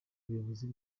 abayobozi